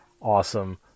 awesome